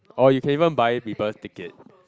or you can even buy people ticket